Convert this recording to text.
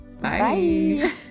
bye